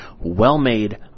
well-made